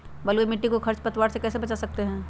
बलुई मिट्टी को खर पतवार से कैसे बच्चा सकते हैँ?